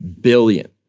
billion